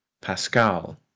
Pascal